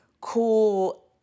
cool